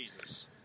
Jesus